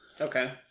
Okay